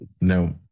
no